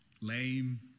lame